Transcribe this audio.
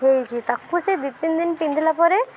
ହେଇଛି ତାକୁ ସିଏ ଦୁଇ ତିନିଦିନ ପିନ୍ଧିଲା ପରେ